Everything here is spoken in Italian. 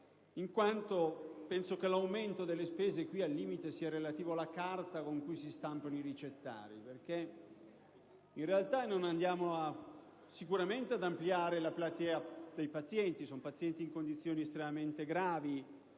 in questo caso l'aumento delle spese è relativo, al limite, alla carta con cui si stampano i ricettari, perché in realtà non andiamo sicuramente ad ampliare la platea dei pazienti. Sono pazienti in condizioni estremamente gravi,